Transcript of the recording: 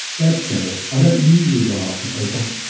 that's fair. i don't usually go after people.